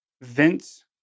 Vince